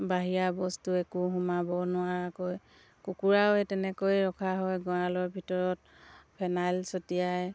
বাহিৰা বস্তু একো সোমাব নোৱাৰাকৈ কুকুৰাও তেনেকৈ ৰখা হয় গঁৰালৰ ভিতৰত ফেনাইল ছটিয়াই